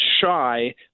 shy